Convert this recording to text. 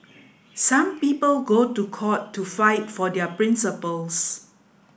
some people go to court to fight for their principles